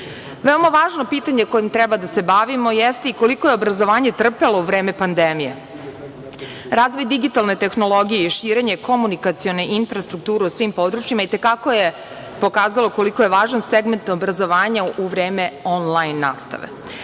listi. Veoma važno pitanje kojim treba da se bavimo jeste i koliko je obrazovanje trpelo u vreme pandemije. Razvoj digitalne tehnologije i širenje komunikacione infrastrukture u svim područjima itekako je pokazalo koliko je važan segment obrazovanja u vreme onlajn nastave. Takav